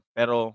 Pero